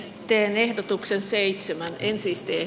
teen ehdotuksen seitsemän ensiisten